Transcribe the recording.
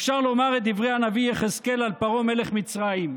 אפשר לומר את דברי הנביא יחזקאל על פרעה מלך מצרים: